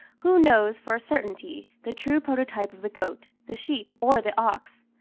who knows for a certainty the true prototype of the goat, the sheep, or the ox?